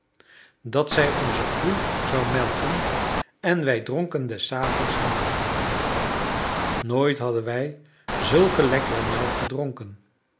dat zij onze koe zou melken en wij dronken des avonds haar melk nooit hadden wij zulke lekkere melk gedronken